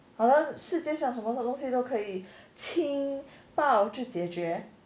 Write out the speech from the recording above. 好像世界上什么东西都可以亲抱就解决